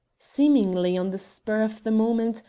seemingly on the spur of the moment,